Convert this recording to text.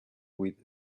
with